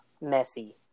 messy